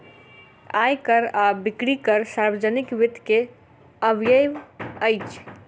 आय कर आ बिक्री कर सार्वजनिक वित्त के अवयव अछि